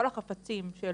וכל החפצים של